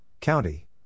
County